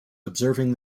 observing